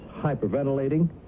hyperventilating